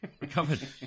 Recovered